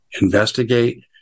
investigate